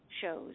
shows